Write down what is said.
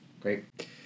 Great